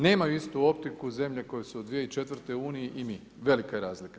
Nemaju istu optiku zemlje koje su od 2004. u Uniji, i mi, velika je razlika.